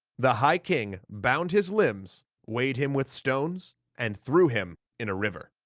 the high king bound his limbs, weighed him with stones, and threw him in a river.